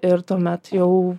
ir tuomet jau